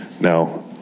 now